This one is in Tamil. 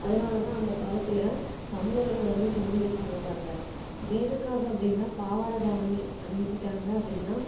அதனால் தான் அந்த காலத்தில் தமிழர்கள் வந்து சொல்லி வச்சாங்க பாருங்கள் எதுக்காக அப்படினா பாவாடை தாவணி அணிஞ்சிட்டாங்க அப்படினா